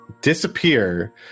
disappear